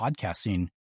podcasting